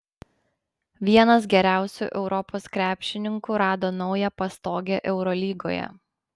vienas geriausių europos krepšininkų rado naują pastogę eurolygoje